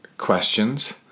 questions